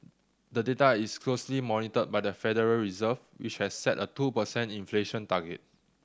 the data is closely monitored by the Federal Reserve which has set a two per cent inflation target